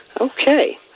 Okay